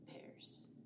pairs